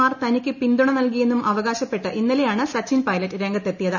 മാർ തനിക്ക് പിന്തുണ നൽകിയെന്നും അവകാശപ്പെട്ട് ഇന്നലെയാണ് സച്ചിൻ പൈലറ്റ് രംഗത്തെത്തിയത്